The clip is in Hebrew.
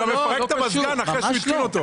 הוא גם יפרק את המזגן אחרי שהוא התקין אותו.